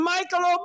Michael